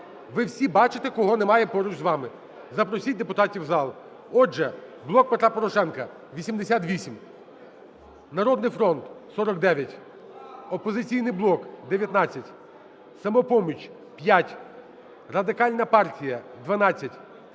Ви всі бачите, кого немає поруч з вами. Запросіть депутатів у зал. Отже, "Блок Петра Порошенка" – 88, "Народний фронт" – 49, "Опозиційний блок" – 19, "Самопоміч" – 5, Радикальна партія – 12,